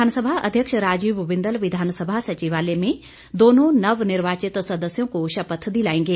विधानसभा अध्यक्ष राजीव बिंदल विधानसभा सचिवालय में दोनों नवनिर्वाचित सदस्यों को शपथ दिलाएंगे